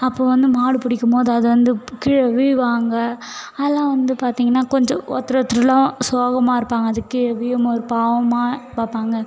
அப்போ வந்து மாடு பிடிக்கும் போது அதுலேருந்து கீழே விழுவாங்க அதெலாம் வந்து பார்த்திங்கனா கொஞ்சம் ஒருத்தரு ஒருத்தராக சோகமாக இருப்பாங்க அது கீழே விழும் போது பாவமாக பார்ப்பாங்க